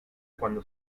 cuando